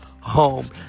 home